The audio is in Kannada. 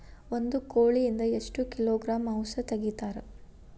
ಒಂದು ಕೋಳಿಯಿಂದ ಎಷ್ಟು ಕಿಲೋಗ್ರಾಂ ಮಾಂಸ ತೆಗಿತಾರ?